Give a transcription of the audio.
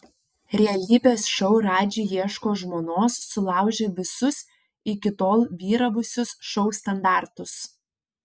realybės šou radži ieško žmonos sulaužė visus iki tol vyravusius šou standartus